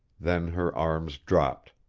then her arms dropped,